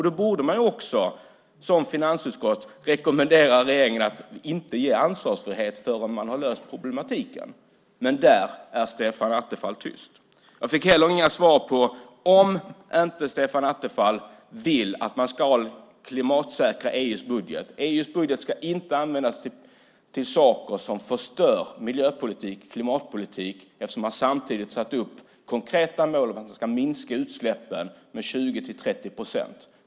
Då borde finansutskottet rekommendera regeringen att inte ge ansvarsfrihet förrän man har löst problematiken. Men där är Stefan Attefall tyst. Jag fick inte heller något svar på frågan om Stefan Attefall inte vill att man ska klimatsäkra EU:s budget. EU:s budget ska inte användas till saker som förstör miljöpolitik och klimatpolitik, eftersom man samtidigt har satt upp konkreta mål om att minska utsläppen med 20-30 procent.